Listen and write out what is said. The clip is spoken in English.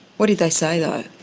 what did they say though?